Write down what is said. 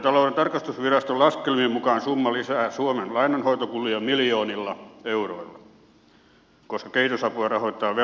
valtiontalouden tarkastusviraston laskelmien mukaan summa lisää suomen lainanhoitokuluja miljoonilla euroilla koska kehitysapua rahoitetaan velkarahalla